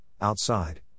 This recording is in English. outside